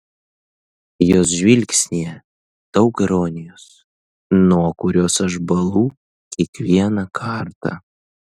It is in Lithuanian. jos žvilgsnyje daug ironijos nuo kurios aš bąlu kiekvieną kartą